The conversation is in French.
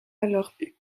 alors